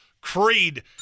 creed